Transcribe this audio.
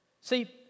See